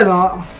up